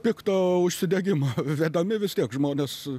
pikto užsidegimo vedami vis tiek žmonės